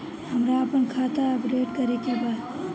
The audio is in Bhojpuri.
हमरा आपन खाता अपडेट करे के बा